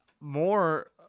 more